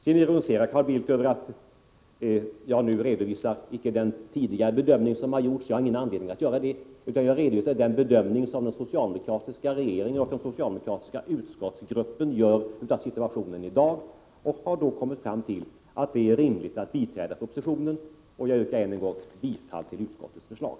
Carl Bildt ironiserar över att jag nu inte redovisar den tidigare bedömning som har gjorts. Jag har inte någon anledning att göra det, utan jag redovisar den bedömning som den socialdemokratiska regeringen och den socialdemokratiska utskottsgruppen gör av situationen i dag. Jag har då kommit fram till att det är rimligt att vi biträder propositionen, och jag yrkar än en gång bifall till utskottets förslag.